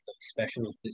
special